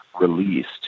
released